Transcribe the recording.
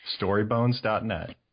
StoryBones.net